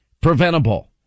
preventable